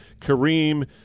Kareem